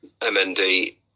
MND